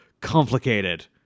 complicated